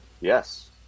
yes